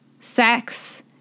sex